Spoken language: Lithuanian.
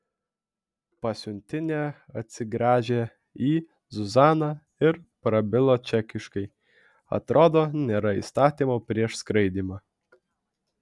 pasiuntinė atsigręžė į zuzaną ir prabilo čekiškai atrodo nėra įstatymo prieš skraidymą